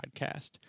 podcast